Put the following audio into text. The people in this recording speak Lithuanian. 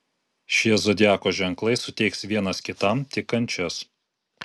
šie zodiako ženklai suteiks vienas kitam tik kančias